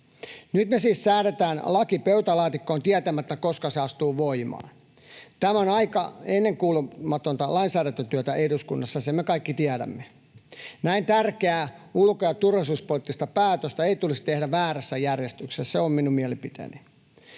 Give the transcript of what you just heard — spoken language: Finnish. Nyt me siis säädetään laki pöytälaatikkoon tietämättä, koska se astuu voimaan. Tämä on aika ennenkuulumatonta lainsäädäntötyötä eduskunnassa, sen me kaikki tiedämme. Näin tärkeää ulko- ja turvallisuuspoliittista päätöstä ei tulisi tehdä väärässä järjestyksessä, se on minun mielipiteeni.